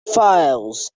files